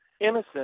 innocent